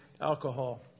alcohol